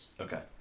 Okay